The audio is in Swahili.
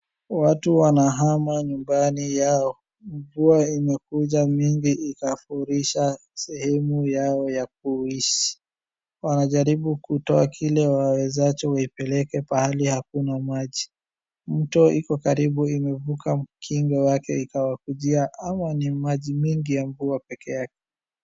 Watu wanahama nyumbani yao. Mvua imekuja mingi ikafurisha sehemu yao ya kuishi. Wanajaribu kutoa kile wawezacho waipeleke pahali hakuna maji. Mto iko karibu imevuka ukingo wake ikawakujia ama ni maji mingi ya mvua peke yake.